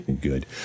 good